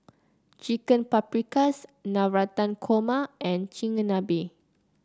Chicken Paprikas Navratan Korma and Chigenabe